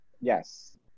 Yes